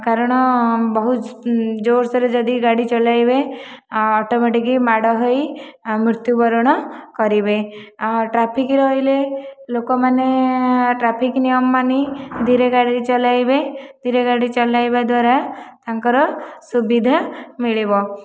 କାରଣ ବହୁତ ଜୋରସେରେ ଯଦି ଗାଡ଼ି ଚଲାଇବେ ଅଟୋମେଟିକ ମାଡ଼ ହୋଇ ମୃତ୍ୟୁ ବରଣ କରିବେ ଟ୍ରାଫିକ ରହିଲେ ଲୋକମାନେ ଟ୍ରାଫିକ ନିୟମ ମାନି ଧୀରେ ଗାଡ଼ି ଚଲାଇବେ ଧୀରେ ଗାଡ଼ି ଚଲାଇବା ଦ୍ୱାରା ତାଙ୍କର ସୁବିଧା ମିଳିବ